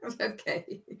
Okay